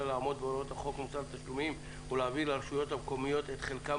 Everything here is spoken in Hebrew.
לעמוד בהוראות חוק מוסר תשלומים ולהביא לרשויות המקומיות את חלקן